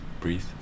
breathe